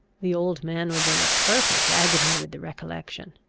the old man was in a perfect agony with the recollection.